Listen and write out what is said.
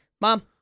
mom